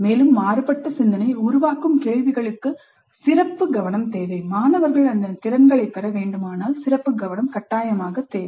மேலும் மாறுபட்ட சிந்தனை உருவாக்கும் கேள்விகளுக்கு சிறப்பு கவனம் தேவை மாணவர்கள் அந்த திறன்களைப் பெற வேண்டுமானால் சிறப்பு கவனம் தேவை